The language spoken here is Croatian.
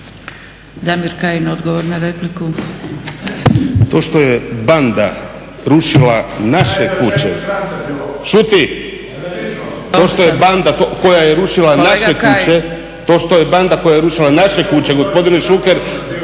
To što je banda koja je rušila naše kuće gospodine Šuker